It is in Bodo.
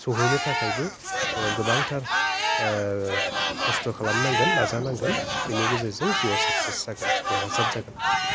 सहैनो थाखायबो गोबांथार खस्थ' खालामनांगोन नाजानांगोन बेनि गेजेरजों जिउआ साक्सेस जागोन देरहासार जागोन